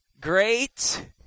Great